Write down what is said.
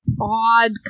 odd